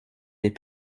des